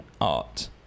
art